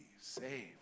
saved